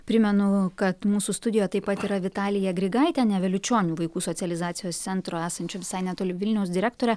primenu kad mūsų studijoj taip pat yra vitalija grigaitienė vėliučionių vaikų socializacijos centro esančio visai netoli vilniaus direktorė